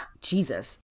Jesus